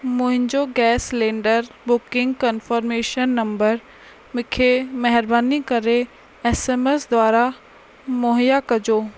मुंहिंजो gas cylinder booking confirmation number मूंखे महिरबनी करे एस एम एस द्वारा मुहैया कजो